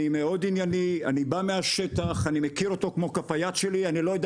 איזה שינוי?